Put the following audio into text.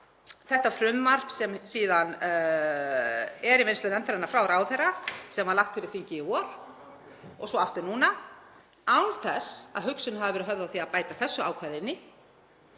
Þetta frumvarp sem síðan er í vinnslu nefndarinnar frá ráðherra sem var lagt fyrir þingið í vor og svo aftur núna án þess að hugsunin hafi verið höfð á því að bæta þessu ákvæði